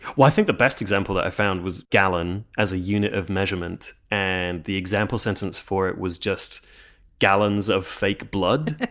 think the best example that i found was gallon, as a unit of measurement, and the example sentence for it was just gallons of fake blood